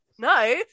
No